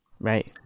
Right